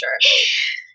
sure